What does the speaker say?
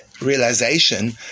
realization